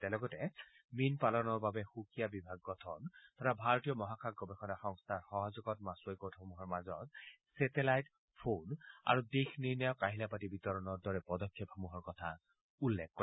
তেওঁ লগতে মীন পালনৰ বাবে সুকীয়া বিভাগ গঠন তথা ভাৰতীয় মহাকাশ গৱেষণা সংস্থাৰ সহযোগত মাছুৱৈ গোটসমূহৰ মাজত চেটেলাইট ফোন আৰু দিশ নিৰ্ণায়ক আহিলাপাতি বিতৰণৰ দৰে পদক্ষেপ সমূহৰ কথা উল্লেখ কৰে